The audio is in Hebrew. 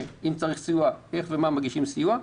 ואם צריך סיוע איך ומה מגישים סיוע.